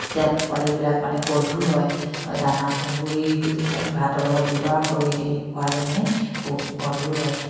তেতিয়া পোৱালিবিলাক মানে গধুৰ হয় দানা তুঁহগুৰিৰটো যিটো আমি ভাতৰ লগত ব্যৱহাৰ কৰোঁ সেইখিনি খোৱালে মানে গ গধুৰ হয়